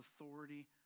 authority